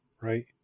Right